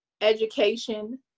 education